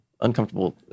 uncomfortable